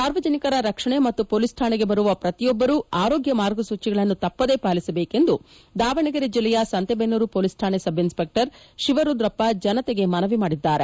ಸಾರ್ವಜನಿಕರ ರಕ್ಷಣೆ ಮತ್ತು ಪೊಲೀಸ್ ಠಾಣೆಗೆ ಬರುವ ಪ್ರತಿಯೊಬ್ಬರು ಆರೋಗ್ಯ ಮಾರ್ಗಸೂಚಿಗಳನ್ನು ತಪ್ಪದೇ ಪಾಲಿಸಬೇಕು ಎಂದು ದಾವಣೆಗೆರೆ ಜಿಲ್ಲೆಯ ಸಂತೇಬೆನ್ನೂರು ಪೊಲೀಸ್ ರಾಣೆಯ ಸಬ್ಇನ್ಸ್ಪೆಕ್ಟರ್ ಶಿವರುದ್ರಪ್ಪ ಜನತೆಗೆ ಮನವಿ ಮಾಡಿದ್ದಾರೆ